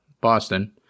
Boston